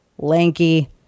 lanky